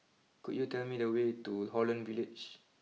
could you tell me the way to Holland Village